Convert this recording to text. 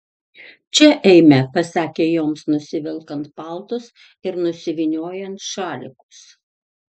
čia eime pasakė joms nusivelkant paltus ir nusivyniojant šalikus